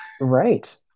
Right